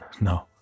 no